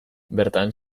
bertan